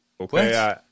Okay